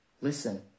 listen